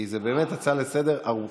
כי זו באמת הצעה לסדר-היום ארוכה,